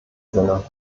sinne